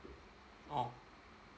oh